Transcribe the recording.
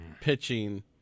pitching